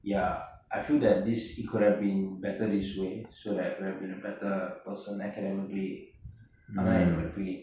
ya I feel that this it could have been better this way so I could have been a better person academically அதான் என்னோட:athaan ennoda feeling